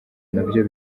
nabyo